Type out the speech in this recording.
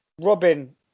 Robin